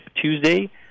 Tuesday